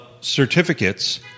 certificates